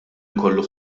ikollu